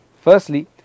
Firstly